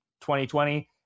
2020